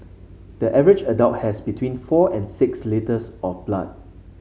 the average adult has between four and six litres of blood